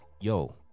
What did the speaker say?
yo